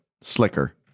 Slicker